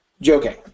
Joking